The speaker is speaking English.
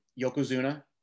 Yokozuna